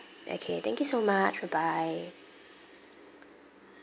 okay thank you so much bye bye